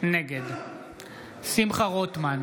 נגד שמחה רוטמן,